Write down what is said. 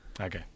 okay